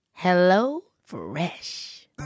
HelloFresh